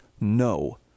no